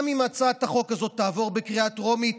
גם אם הצעת החוק הזאת תעבור בקריאה טרומית,